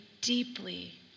deeply